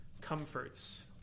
comforts